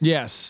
Yes